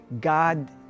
God